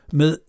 med